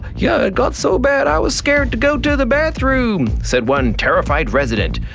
yeah, it got so bad i was scared to go to the bathroom said one terrified resident.